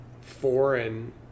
foreign